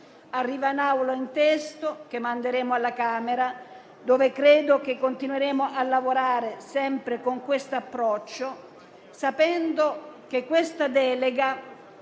Arriva in Aula un testo che manderemo alla Camera, dove credo continueremo a lavorare sempre con questo approccio, sapendo che la presente delega